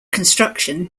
construction